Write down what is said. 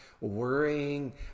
worrying